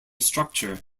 structure